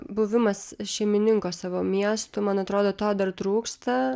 buvimas šeimininko savo miestu man atrodo to dar trūksta